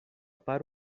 para